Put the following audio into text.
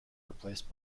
replaced